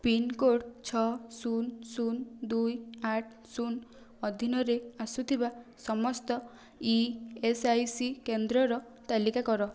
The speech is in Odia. ପିନ୍କୋଡ଼୍ ଛଅ ଶୂନ ଶୂନ ଦୁଇ ଆଠ ଶୂନ ଅଧୀନରେ ଆସୁଥିବା ସମସ୍ତ ଇ ଏସ୍ ଆଇ ସି କେନ୍ଦ୍ରର ତାଲିକା କର